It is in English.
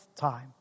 time